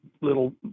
little